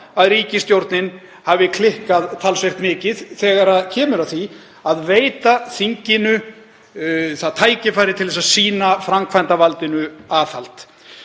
að ríkisstjórnin hafi klikkað talsvert mikið þegar kemur að því að veita þinginu tækifæri til þess að sýna framkvæmdarvaldinu aðhald.